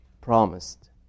promised